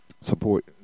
support